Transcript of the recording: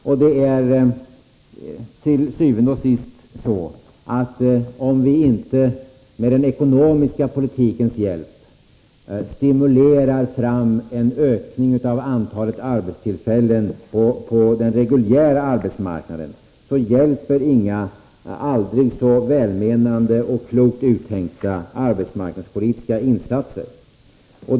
Til syvende og sidst är det så att om vi inte med den ekonomiska politikens hjälp stimulerar fram en ökning av antalet arbetstillfällen på den reguljära arbetsmarknaden, så hjälper inga aldrig så välmenande och klokt uttänkta arbetsmarknadspolitiska insatser.